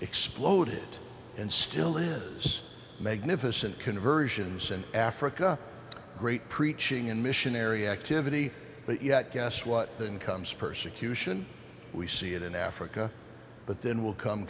exploded and still is magnificent conversions in africa great preaching and missionary activity but yet guess what then comes persecution we see it in africa but then will come